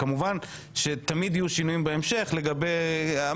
כמובן שתמיד יהיו שינויים בהמשך כי המציאות